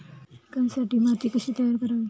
पिकांसाठी माती कशी तयार करावी?